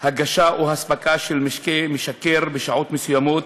הגשה או אספקה של משקה משכר בשעות מסוימות,